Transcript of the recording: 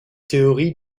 théorie